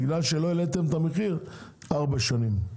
בגלל שלא העליתם את המחיר ארבע שנים.